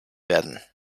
werden